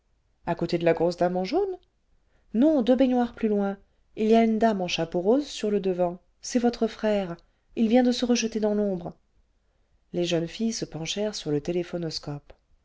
a côté de la grosse dame en jaune non deux baignoires plus loin il y a uue dame en chapeau rose sur le devant c'est votre frère il vient de se rejeter dans l'ombre les jeunes filles se penchèrent sur le téléphonoscope ce